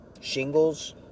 shingles